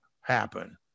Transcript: happen